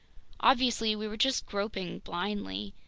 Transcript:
obviously we were just groping blindly.